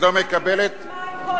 במפלגת העבודה, אני לא מקבלת את זה.